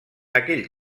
aquell